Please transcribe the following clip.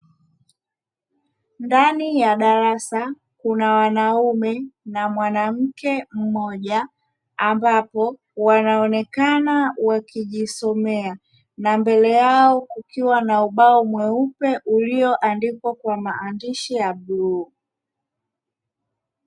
Ndani ya darasa kuna wanaume na mwanamke mmoja, ambapo wanaonekana wakijisomea na mbele yao kukiwa na ubao mweupe ulioandikwa kwa maandishi ya buluu.